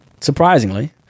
surprisingly